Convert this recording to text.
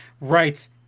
right